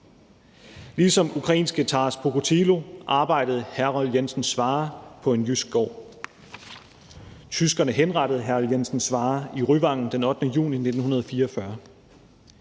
Ligesom ukrainske Taras Pokotilo arbejdede Herold Jensen Svarre på en jysk gård. Tyskerne henrettede Herold Jensen Svarre i Ryvangen den 8. juni 1944.